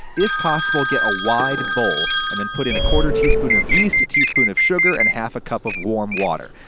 if possible, get a wide bowl, and then put in a quarter teaspoon of yeast, a teaspoon of sugar and half a cup of warm water.